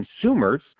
consumers